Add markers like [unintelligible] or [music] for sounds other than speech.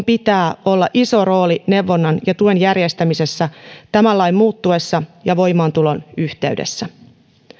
[unintelligible] pitää olla iso rooli neuvonnan ja tuen järjestämisessä tämän lain muuttuessa ja voimaantulon yhteydessä